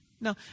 No